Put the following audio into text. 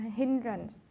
hindrance